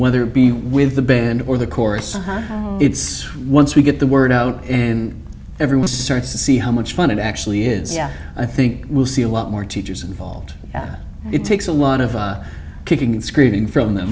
whether it be with the band or the course it's once we get the word out everyone starts to see how much fun it actually is yeah i think we'll see a lot more teachers involved that it takes a lot of kicking and screaming from them